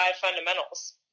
fundamentals